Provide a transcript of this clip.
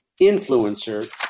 influencer